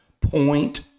point